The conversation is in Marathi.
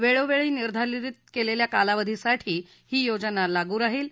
वेळोवेळी निर्धारित केलेल्या कालावधीसाठी ही योजना लागू राहील